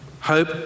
hope